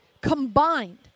combined